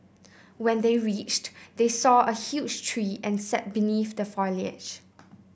when they reached they saw a huge tree and sat beneath the foliage